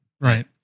Right